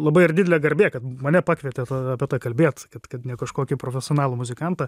labai ir didelė garbė kad mane pakvietė apie tą kalbėt kad kad ne kažkokį profesionalų muzikantą